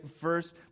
first